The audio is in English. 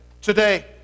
today